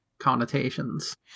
connotations